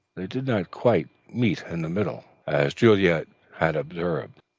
they did not quite meet in the middle, as juliet had observed.